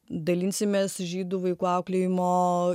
dalinsimės žydų vaikų auklėjimo